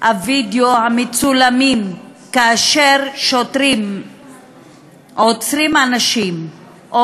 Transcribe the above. הווידיאו המצולם כאשר שוטרים עוצרים אנשים או